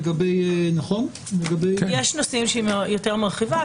יש נושאים שהיא יותר מרחיבה,